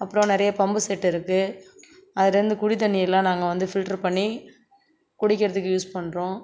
அப்புறம் நிறைய pump set இருக்குது அதுலேருந்து குடி தண்ணி எல்லாம் நாங்கள் வந்து ஃபில்டர் பண்ணி குடிக்கிறதுக்கு யூஸ் பண்ணுறோம்